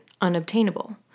unobtainable